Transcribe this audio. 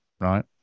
right